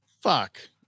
Fuck